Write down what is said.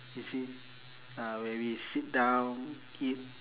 you see uh when we sit down eat